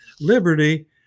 liberty